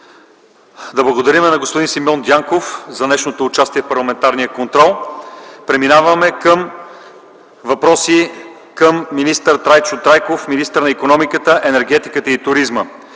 Да благодарим на Симеон Дянков за днешното му участие в парламентарния контрол. Преминаваме към въпроси към министър Трайчо Трайков – министър на икономиката, енергетиката и туризма.